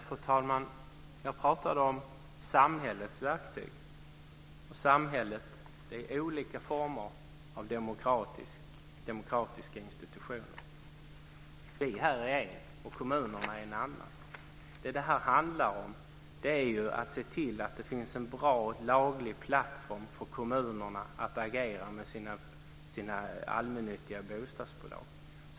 Fru talman! Jag talade om samhällets verktyg, och samhället är olika former av demokratiska institutioner. Vi här är en, och kommunerna är en annan. Vad det här handlar om är att se till att det finns en bra laglig plattform för kommunerna att agera med sina allmännyttiga bostadsbolag.